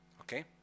Okay